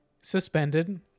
suspended